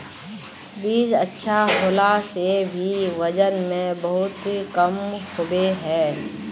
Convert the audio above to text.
बीज अच्छा होला से भी वजन में बहुत कम होबे है?